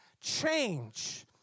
change